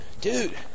dude